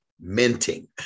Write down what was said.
minting